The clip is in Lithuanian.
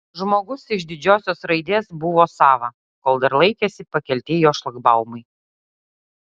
žmogus iš didžiosios raidės buvo sava kol dar laikėsi pakelti jo šlagbaumai